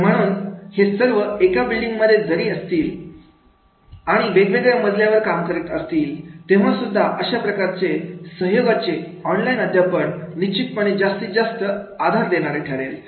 तर म्हणून ते सर्व एका बिल्डिंगमध्ये जरी असतील आणि वेगवेगळ्या मजल्यावर काम करीत असतील तेव्हासुद्धा अशा प्रकारचे सहयोगाचे ऑनलाईन अध्यापन निश्चितपणे जास्तीत जास्त आधार देणारे ठरेल